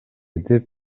деп